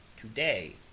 today